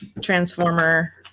transformer